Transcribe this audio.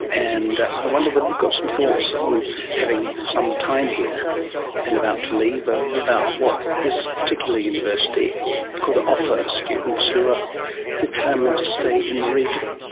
and i wonder whether you've got some thoughts on having some time here and about to leave, about what this particular university could offer students who are determined to stay in the region.